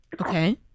Okay